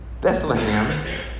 Bethlehem